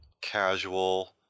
casual